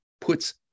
puts